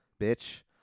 bitch